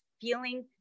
feeling